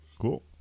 cool